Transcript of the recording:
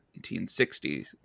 1960s